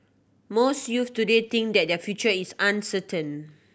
most youths today think that their future is uncertain